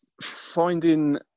finding